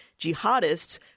jihadists